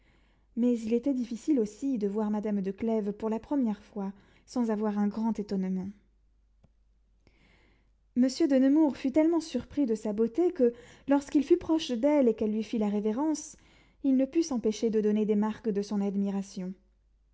mais il était difficile aussi de voir madame de clèves pour la première fois sans avoir un grand étonnement monsieur de nemours fut tellement surpris de sa beauté que lorsqu'il fut proche d'elle et qu'elle lui fit la révérence il ne put s'empêcher de donner des marques de son admiration